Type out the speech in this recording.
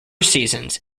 seasons